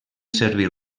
servir